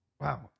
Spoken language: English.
Wow